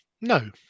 no